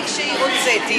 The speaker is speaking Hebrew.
כשהוצאתי,